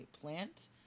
plant